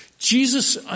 Jesus